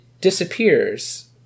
disappears